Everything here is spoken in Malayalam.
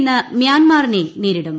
ഇന്ന് മ്യാൻമറിനെ നേരിടും